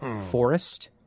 Forest